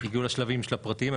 הגיעו לשלבים של הפרטים.